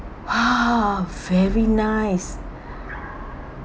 !wah! very nice